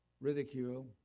Ridicule